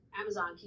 Amazon